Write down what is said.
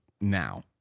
now